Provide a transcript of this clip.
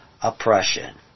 oppression